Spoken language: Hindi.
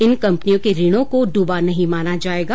इन कंपनियों के ऋणों को डूबा नहीं माना जाएगा